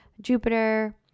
Jupiter